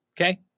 Okay